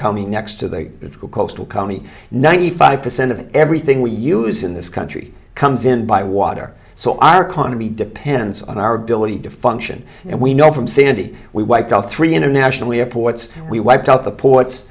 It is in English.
coming next to the critical coastal county ninety five percent of everything we use in this country comes in by water so our khana be depends on our ability to function and we know from sandy we wiped out three international airports we wiped out the ports